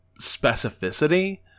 specificity